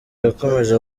yakomeje